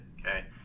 Okay